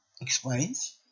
explains